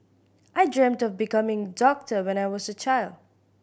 I dreamt of becoming a doctor when I was a child